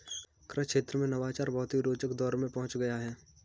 कृषि क्षेत्र में नवाचार बहुत ही रोचक दौर में पहुंच गया है